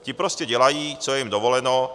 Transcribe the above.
Ti prostě dělají, co jim je dovoleno.